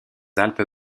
alpes